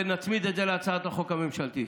ונצמיד את זה להצעת החוק הממשלתית.